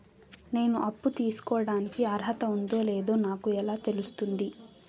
నేను అప్పు తీసుకోడానికి అర్హత ఉందో లేదో నాకు ఎలా తెలుస్తుంది?